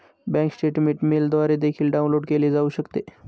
bank statement मेलद्वारे देखील download केले जाऊ शकते